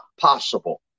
possible